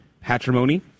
patrimony